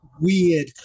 weird